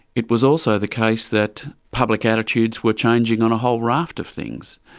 it was also the case that public attitudes were changing on a whole raft of things.